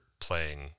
playing